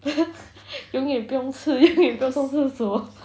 永远不用吃永远不用上厕所